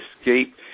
escape